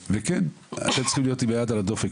משרד הבריאות אתם צריכים להיות עם היד על הדופק.